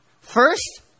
First